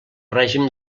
règim